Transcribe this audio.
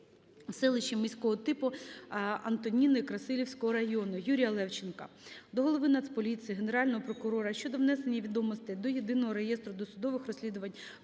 селищі міського типу Антоніни Красилівського району. Юрія Левченка до голови Нацполіції, Генерального прокурора щодо внесення відомостей до Єдиного реєстру досудових розслідувань